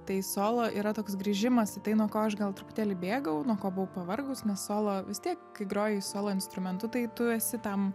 tai solo yra toks grįžimas į tai nuo ko aš gal truputėlį bėgau nuo ko buvau pavargus nes solo vis tiek kai groji solo instrumentu tai tu esi tam